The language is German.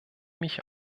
mich